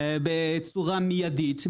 בצורה מיידית,